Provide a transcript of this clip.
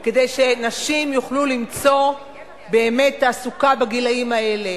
כדי שנשים יוכלו למצוא באמת תעסוקה בגילים האלה.